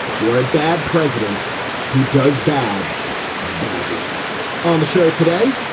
you are a bad president who does bad badly on the show today.